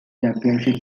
championship